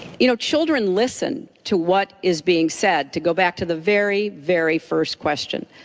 you know children listen to what is being said to go back to the very, very first question.